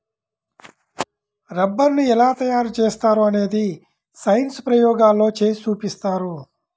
రబ్బరుని ఎలా తయారు చేస్తారో అనేది సైన్స్ ప్రయోగాల్లో చేసి చూపిస్తారు